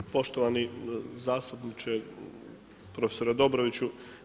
Poštovani zastupniče, prof. Dobroviću.